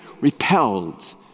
repelled